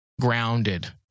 Grounded